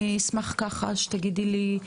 אני אשמח ככה שתגידי לי,